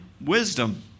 wisdom